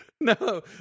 No